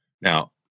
Now